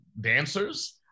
dancers